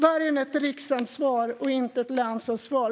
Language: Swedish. Vargen är ett riksansvar och inte ett länsansvar.